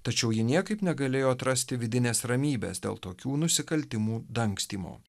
tačiau ji niekaip negalėjo atrasti vidinės ramybės dėl tokių nusikaltimų dangstymo